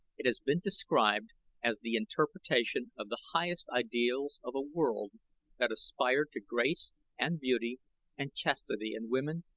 it has been described as the interpretation of the highest ideals of a world that aspired to grace and beauty and chastity in woman,